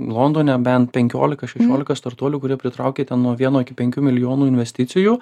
londone bent penkiolika šešiolika startuolių kurie pritraukia ten nuo vieno iki penkių milijonų investicijų